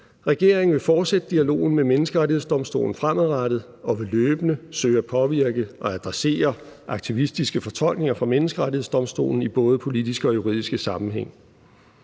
Regeringen vil fortsætte dialogen med Menneskerettighedsdomstolen fremadrettet og vil løbende søge at påvirke og adressere aktivistiske fortolkninger fra Menneskerettighedsdomstolen i både politiske og juridiske sammenhænge.